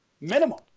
Minimum